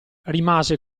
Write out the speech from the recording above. rimase